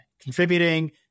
Contributing